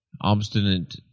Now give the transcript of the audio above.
obstinate